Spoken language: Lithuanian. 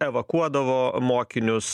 evakuodavo mokinius